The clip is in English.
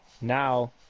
now